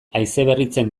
haizeberritzen